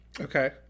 Okay